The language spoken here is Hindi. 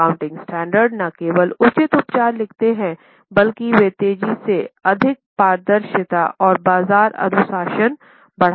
एकाउंटिंग स्टैंडर्ड न केवल उचित उपचार लिखते हैं बल्कि वे तेजी से अधिक पारदर्शिता और बाजार अनुशासन बढ़ाते हैं